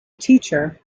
teacher